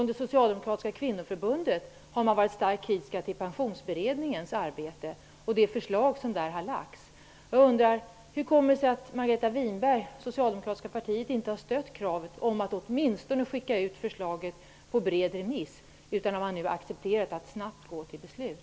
Det socialdemokratiska kvinnoförbundet har varit starkt kritiskt till Pensionsberedningens arbete och det förslag som den har lagt fram. Hur kommer det sig att Margareta Winberg och det socialdemokratiska partiet inte ens har stött kravet om att skicka ut förslaget på bred remiss? I stället har man nu accepterat att snabbt gå till beslut.